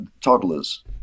toddlers